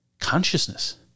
consciousness